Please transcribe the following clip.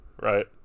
Right